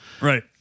Right